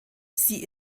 sie